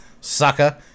sucker